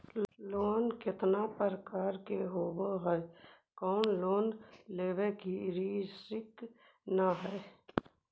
Loan कितना प्रकार के होबा है कोन लोन लेब में रिस्क न है?